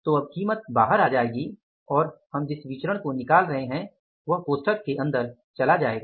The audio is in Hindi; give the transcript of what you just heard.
तो अब कीमत बाहर आ जाएगी और हम जिस विचरण को निकाल रह रहे है वह कोष्ठक के अन्दर चला जायेगा